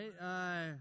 right